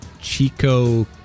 Chico